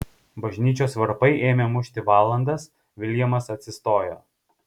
bažnyčios varpai ėmė mušti valandas viljamas atsistojo